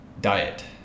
diet